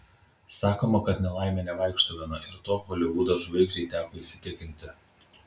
sakoma kad nelaimė nevaikšto viena ir tuo holivudo žvaigždei teko įsitikinti